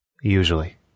Usually